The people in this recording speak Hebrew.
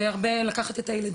והרבה לקחת את הילדים.